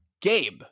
Gabe